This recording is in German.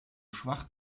schwach